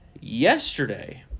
yesterday